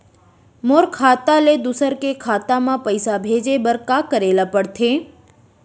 मोर खाता ले दूसर के खाता म पइसा भेजे बर का करेल पढ़थे?